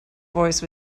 voice